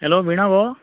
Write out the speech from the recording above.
hello Veena गो